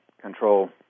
control